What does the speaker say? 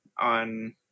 on